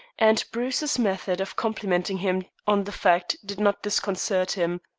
and bruce's method of complimenting him on the fact did not disconcert him.